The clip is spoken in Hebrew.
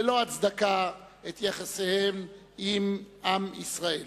ללא הצדקה, את יחסיהן עם עם ישראל.